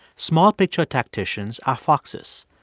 small picture tacticians are foxes.